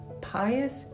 pious